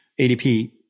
ADP